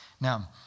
Now